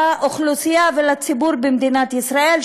לאוכלוסייה ולציבור במדינת ישראל,